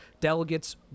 delegates